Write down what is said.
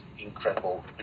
Incredible